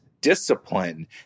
discipline